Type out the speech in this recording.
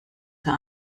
der